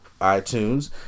iTunes